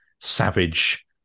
savage